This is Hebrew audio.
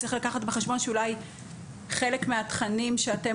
צריך לקחת בחשבון שאולי חלק מהתכנים שאתם